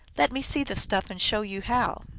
let me see the stuff and show you how!